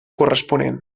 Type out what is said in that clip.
corresponent